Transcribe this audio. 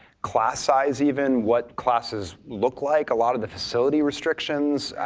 class size even, what classes look like, a lot of the facility restrictions.